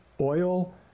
oil